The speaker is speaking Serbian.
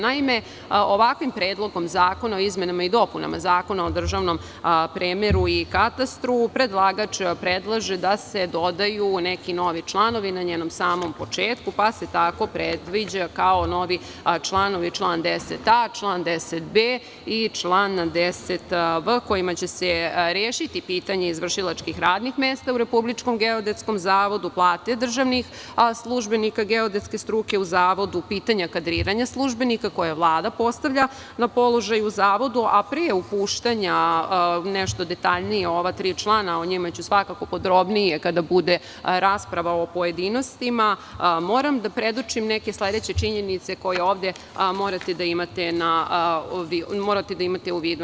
Naime, ovakvim predlogom zakona o izmenama i dopunama Zakona o državnom premeru i katastru, predlagač predlaže da se dodaju neki novi članovi na njenom samom početku, pa se tako predviđa kao novi članovi – član 10a, član 10b i član 10v, kojima će se rešiti pitanje izvršilačkih radnih mesta u Republičkom geodetskom zavodu, plate državnih službenika geodetske struke u Zavodu, pitanja kadriranja službenika, koje je Vlada postavlja na položaj u Zavodu, a pre upuštanja, nešto detaljnije o ova tri člana, o njima ću svakako podrobnije kada bude rasprava u pojedinostima, moram da predočim neke sledeće činjenice koje ovde morate da imate u vidu.